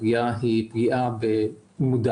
כי הפגיעה היא פגיעה מודעת.